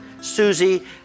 Susie